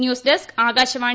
news desk Akashvani